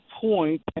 point